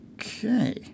Okay